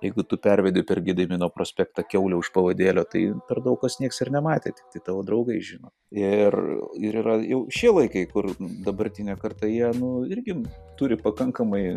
jeigu tu pervedi per gedimino prospektą kiaulę už pavadėlio tai per daug kas niekas ir nematė tiktai tavo draugai žino ir ir yra jau šie laikai kur dabartinė karta jie nu irgi turi pakankamai